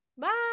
Bye